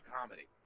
comedy